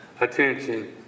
attention